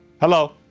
hello?